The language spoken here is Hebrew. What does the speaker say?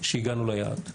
שהגענו ליעד.